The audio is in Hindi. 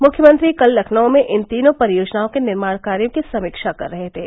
मुख्यमंत्री कल लखनऊ में इन तीनों परियोजनाओं के निर्माण कार्यो की समीक्षा कर रहे थे